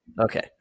Okay